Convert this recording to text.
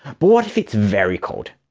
but what if it's very cold?